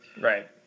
Right